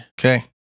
Okay